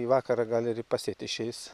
į vakarą gal ir pasiet išeis